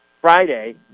Friday